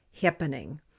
happening